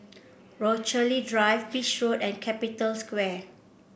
Rochalie Drive Beach Road and Capital Square